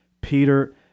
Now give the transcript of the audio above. Peter